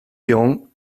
young